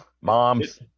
Mom's